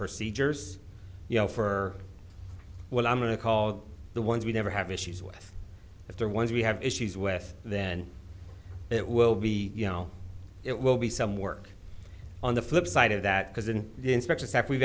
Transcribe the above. procedures you know for what i'm going to call the ones we never have issues with if they're ones we have issues with then it will be you know it will be some work on the flip side of that because in the inspections that we've